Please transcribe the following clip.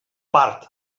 part